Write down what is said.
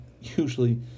usually